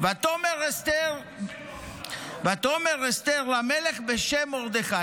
"ותאמר אסתר למלך בשם מרדכי".